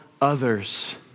others